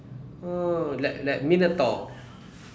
oh like like minotaur